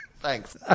Thanks